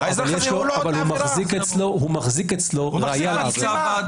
אבל הוא מחזיק אצלו ראיה לעבירה.